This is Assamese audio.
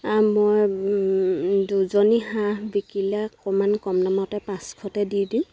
মই দুজনী হাঁহ বিকিলে অকণমান কম দামতে পাঁচশতে দি দিম